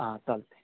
हां चालतं आहे